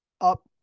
up